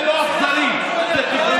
זה לא אכזרי, זה חברתי.